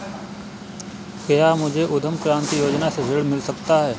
क्या मुझे उद्यम क्रांति योजना से ऋण मिल सकता है?